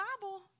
Bible